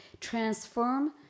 transform